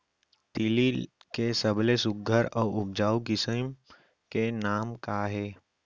तिलि के सबले सुघ्घर अऊ उपजाऊ किसिम के नाम का हे?